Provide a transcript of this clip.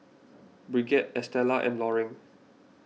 Brigitte Estella and Loring